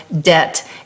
debt